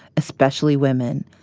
especially women,